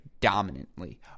dominantly